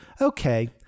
okay